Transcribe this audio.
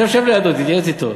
שב, שב לידו, תתייעץ אתו.